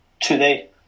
today